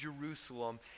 Jerusalem